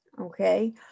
Okay